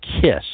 kiss